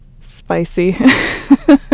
spicy